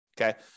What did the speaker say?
Okay